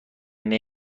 نمی